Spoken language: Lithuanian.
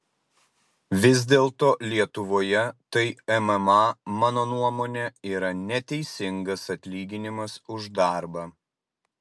vis dėlto lietuvoje tai mma mano nuomone yra neteisingas atlyginimas už darbą